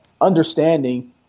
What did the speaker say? understanding